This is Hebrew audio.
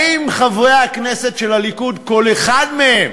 האם חברי הכנסת של הליכוד, כל אחד מהם